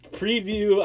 preview